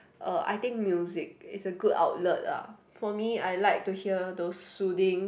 uh I think music it's a good outlet ah for me I like to hear those soothing